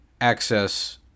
access